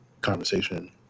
conversation